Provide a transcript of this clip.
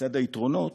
לצד היתרונות,